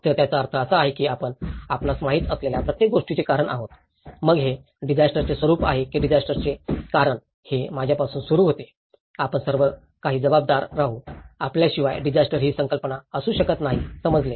तर ज्याचा अर्थ असा आहे की आपण आपणास माहित असलेल्या प्रत्येक गोष्टीचे कारण आहोत मग हे डिजास्टर चे स्वरूप आहे की डिजास्टर चे कारण हे माझ्यापासून सुरू होते आपण सर्व काही जबाबदार राहू आपल्याशिवाय डिजास्टर ही संकल्पना असू शकत नाही समजले